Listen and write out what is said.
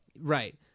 right